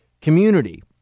community